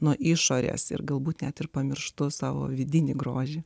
nuo išorės ir galbūt net ir pamirštu savo vidinį grožį